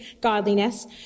godliness